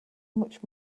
much